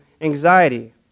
anxiety